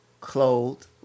clothed